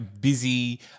busy